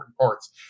parts